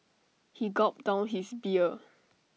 he gulped down his beer